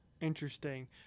Interesting